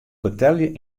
betelje